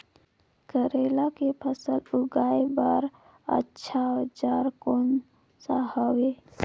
करेला के फसल उगाई बार अच्छा औजार कोन सा हवे?